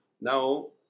now